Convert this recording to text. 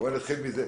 נתחיל מזה.